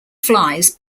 flies